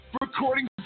recording